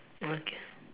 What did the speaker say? okay